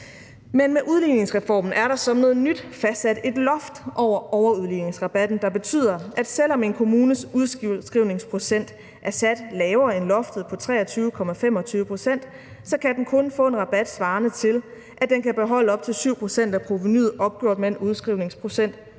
Men med udligningsreformen er der som noget nyt fastsat et loft over overudligningsrabatten, der betyder, at selv om en kommunes udskrivningsprocent er sat lavere end loftet på 23,25 pct., kan den kun få en rabat svarende til, at den kan beholde op til 7 pct. af provenuet opgjort med en udskrivning på